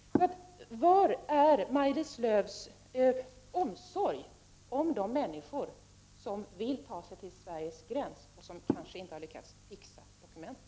Var finns Maj-Lis Lööws omsorg om de människor som vill ta sig till Sveriges gräns, människor som kanske inte har lyckats ordna dokument?